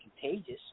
contagious